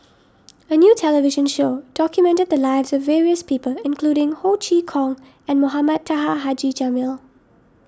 a new television show documented the lives of various people including Ho Chee Kong and Mohamed Taha Haji Jamil